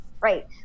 right